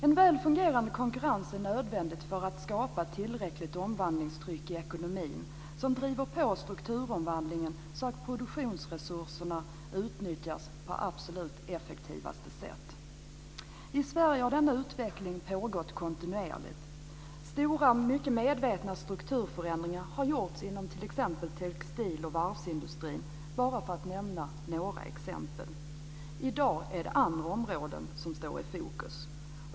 En väl fungerande konkurrens är nödvändig för att skapa tillräckligt omvandlingstryck i ekonomin som driver på strukturomvandlingen, så att produktionsresurserna utnyttjas på absolut effektivaste sätt. I Sverige har denna utveckling pågått kontinuerligt. Stora, mycket medvetna strukturförändringar har gjorts inom textil och varvsindustrierna, bara för att nämna några exempel. I dag är det andra områden som står i fokus.